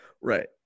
Right